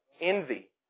envy